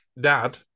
dad